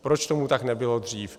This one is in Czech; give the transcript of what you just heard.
Proč tomu tak nebylo dřív?